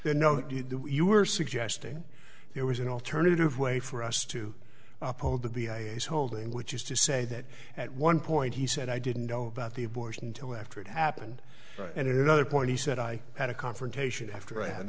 you know you were suggesting there was an alternative way for us to uphold the b i was holding which is to say that at one point he said i didn't know about the abortion until after it happened and in other point he said i had a confrontation after i had